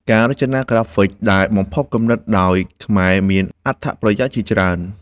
ការរចនាក្រាហ្វិកដែលបំផុសគំនិតដោយខ្មែរមានអត្ថប្រយោជន៍ជាច្រើន។